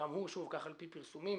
גם הוא שוב, כך על פי פרסומים